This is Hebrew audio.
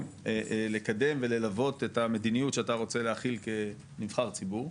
לקדם וללוות את המדיניות שאתה רוצה להכיל כנבחר ציבור,